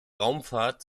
raumfahrt